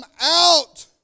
out